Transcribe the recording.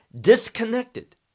disconnected